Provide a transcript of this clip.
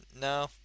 No